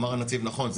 אמר הנציב נכון,